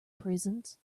prisons